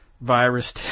Virus